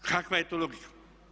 Kakva je to logika?